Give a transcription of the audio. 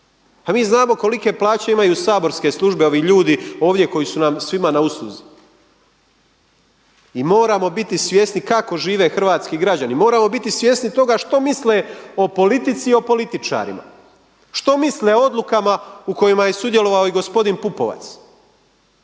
Mi znamo kolike plaće imaju saborske službe, ovi ljudi ovdje koji su nam svima na usluzi. I moramo biti svjesni kako žive hrvatski građani, moramo biti svjesni toga što misle o politici i o političarima, što misle o odlukama u kojima je sudjelovao i gospodin Pupovac?